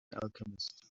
alchemist